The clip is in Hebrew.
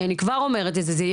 אני כבר אומרת את זה,